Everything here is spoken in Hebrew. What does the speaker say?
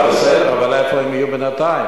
בסדר, אבל איפה הם יהיו בינתיים?